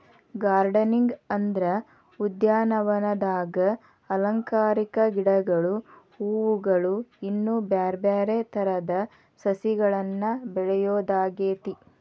gardening ಅಂದ್ರ ಉದ್ಯಾನವನದಾಗ ಅಲಂಕಾರಿಕ ಗಿಡಗಳು, ಹೂವುಗಳು, ಇನ್ನು ಬ್ಯಾರ್ಬ್ಯಾರೇ ತರದ ಸಸಿಗಳನ್ನ ಬೆಳಿಯೋದಾಗೇತಿ